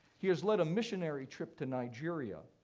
he has led a missionary trip to nigeria.